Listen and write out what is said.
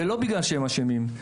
ולא בגלל שהם אשמים,